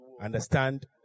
understand